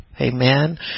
Amen